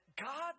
God